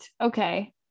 Okay